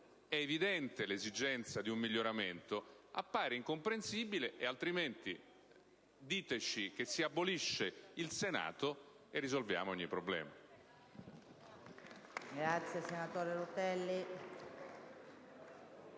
è evidente l'esigenza di un miglioramento, appare incomprensibile. Altrimenti, diteci che si abolisce il Senato, e risolviamo ogni